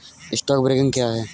Stock broking क्या है?